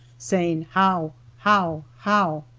saying how! how! how!